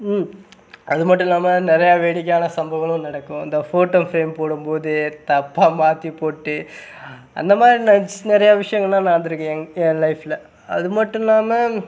அது மட்டும் இல்லாமல் நிறைய வேடிக்கையான சம்பவங்களும் நடக்கும் இந்த ஃபோட்டோ ஃப்ரேம் போடும்போது தப்பாக மாற்றி போட்டு அந்த மாதிரி நிறைய விஷயங்கள்லாம் நடந்துருக்குது என் ஃலைப்பில் அது மட்டும் இல்லாமல்